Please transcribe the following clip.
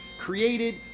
created